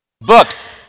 Books